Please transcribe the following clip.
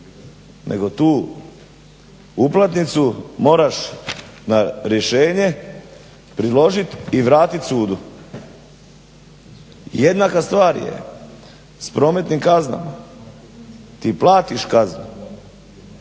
nego tu uplatnicu moraš na rješenje priložit i vratit sudu. Jednaka stvar je s prometnim kaznama. Ti platiš kaznu